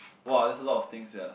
!wah! that's a lot of things sia